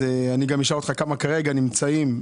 עם שרת הפנים?